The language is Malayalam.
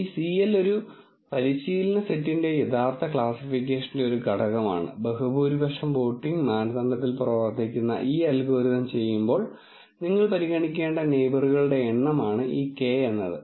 ഈ cl ഒരു പരിശീലന സെറ്റിന്റെ യഥാർത്ഥ ക്ലാസ്സിഫിക്കേഷന്റെ ഒരു ഘടകമാണ് ബഹുഭൂരിപക്ഷം വോട്ടിംഗ് മാനദണ്ഡത്തിൽ പ്രവർത്തിക്കുന്ന ഈ അൽഗോരിതം ചെയ്യുമ്പോൾ നിങ്ങൾ പരിഗണിക്കേണ്ട നെയിബറുകളുടെ എണ്ണമാണ് ഈ k എന്നത്